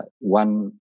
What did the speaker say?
one